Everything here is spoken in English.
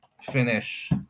finish